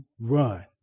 run